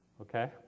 okay